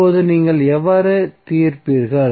இப்போது நீங்கள் எவ்வாறு தீர்ப்பீர்கள்